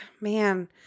Man